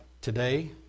today